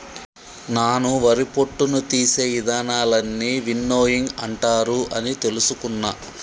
నాను వరి పొట్టును తీసే ఇదానాలన్నీ విన్నోయింగ్ అంటారు అని తెలుసుకున్న